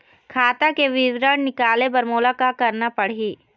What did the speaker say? खाता के विवरण निकाले बर मोला का करना पड़ही?